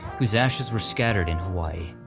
whose ashes were scattered in hawaii,